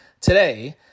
today